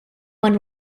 one